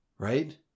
Right